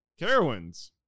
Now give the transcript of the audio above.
Carowinds